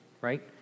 right